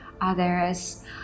others